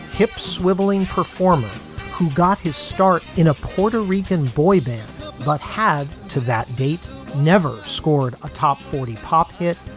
hip swivelling performer who got his start in a puerto rican boy band but had to that date never scored a top forty pop hit,